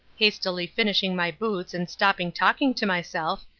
hastily finishing my boots and stopping talking to myself,